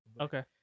Okay